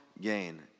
gain